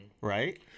Right